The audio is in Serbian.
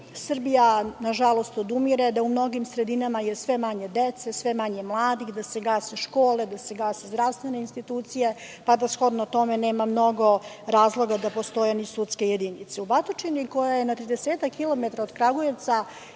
Srbija nažalost odumire, da u mnogim sredinama je sve manje dece, sve manje mladih, da se gase škole, da se gase zdravstvene institucije, pa da shodno tome nema mnogo razloga da postoje ni sudske jedinice.U Batočini koja je na 30-ak kilometara od Kragujevca